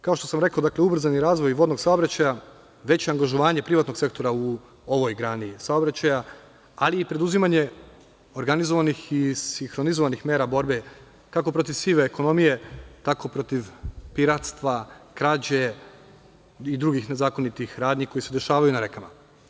Kao što sam rekao, ubrzani razvoj vodnog saobraćaja, veće angažovanje privatnog sektora u ovoj grani saobraćaja, ali i preduzimanje organizovanih i sinhronizovanih mera borbe kako protiv sive ekonomije, tako protiv piratstva, krađe i drugih nezakonitih radnji koje se dešavaju na rekama.